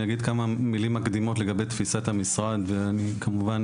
אני אגיד כמה מילים מקדימות לגבי תפיסת המשרד ואני כמובן,